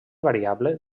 variable